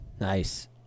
Nice